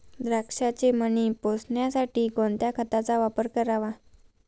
द्राक्षाचे मणी पोसण्यासाठी कोणत्या खताचा वापर करावा?